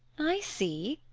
i see,